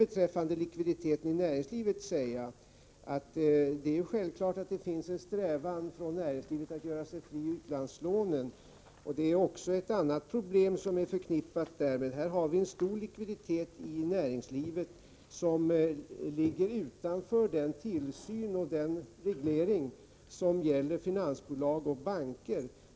Beträffande likviditeten i näringslivet vill jag säga att det är självklart att det finns en strävan inom näringslivet att göra sig fri från utlandslånen. Det finns ett annat problem som är förknippat därmed. Vi har en stor likviditet i näringslivet, och detta ligger utanför den tillsyn och den reglering som gäller finansbolag och banker.